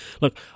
look